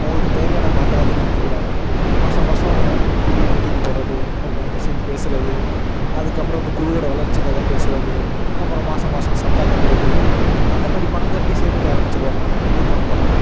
அவங்களுக்கு தேவையான பணத்தை அதுலேருந்து எடுத்துக்கிறாங்க மாதம் மாதம் குழுவில மீட்டிங் போடுகிறது அவங்க ஒன்று சேர்ந்து பேசுகிறது அதுக்கப்புறம் அந்த குழுவோடு வளர்ச்சிக்காக பேசுகிறது அப்புறம் மாதம் மாதம் சந்தா கட்டுறது அந்த மாதிரி பணம் கட்டி சேமிக்க ஆரமிச்சிடுவாங்க அந்த குழுக்கான பணத்தை